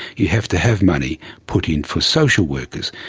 you have to have money put in for social workers.